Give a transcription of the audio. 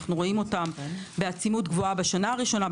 אנחנו רואים אותם בעצימות גבוהה בשנה הראשונה,